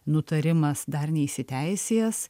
nutarimas dar neįsiteisėjęs